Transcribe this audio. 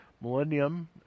millennium